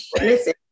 listen